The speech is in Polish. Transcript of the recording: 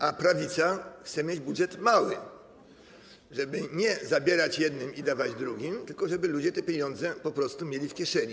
A prawica chce mieć budżet mały, żeby nie zabierać jednym i dawać drugim, tylko żeby ludzie te pieniądze po prostu mieli w kieszeni.